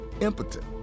impotent